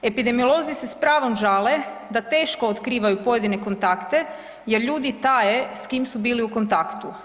Epidemiolozi se s pravom žale da teško otkrivaju pojedine kontakte jer ljudi taje s kim su bili u kontaktu.